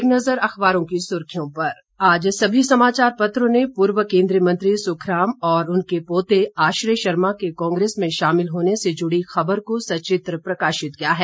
एक नज़र अखबारों की सुर्खियों पर आज सभी समाचार पत्रों ने पूर्व केंद्रीय मंत्री सुखराम और उनके पोते आश्रय शर्मा के कांग्रेस में शामिल होने से जुड़ी खबर को सचित्र प्रकाशित किया है